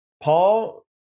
Paul